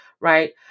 right